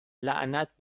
لعنت